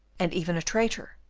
and even a traitor,